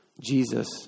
Jesus